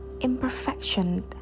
imperfection